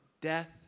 death